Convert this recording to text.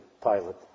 pilot